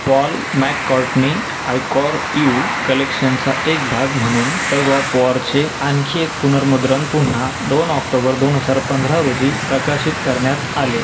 Paul McCartney आयकॉरइव कलेक्शनचा एक भाग म्हणून टग ऑफ वॉरचे आणखी एक पुनर्मुद्रण पुन्हा दोन ऑक्टोबर दोन हजार पंधरा रोजी प्रकाशित करण्यात आले